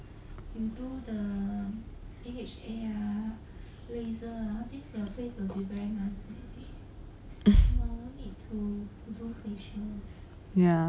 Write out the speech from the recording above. ya